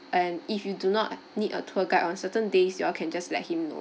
and if you do not need a tour guide on certain days you all can just let him know